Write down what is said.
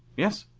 yes,